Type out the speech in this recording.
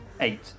Eight